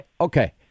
Okay